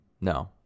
No